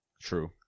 True